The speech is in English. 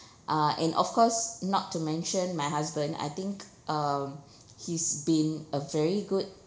uh and of course not to mention my husband I think um he's been a very good